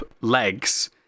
Legs